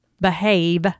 behave